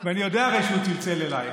ואני יודע, הרי, שהוא צלצל אלייך.